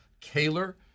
Kaler